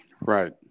Right